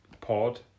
Pod